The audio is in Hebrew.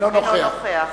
אינו נוכח